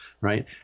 right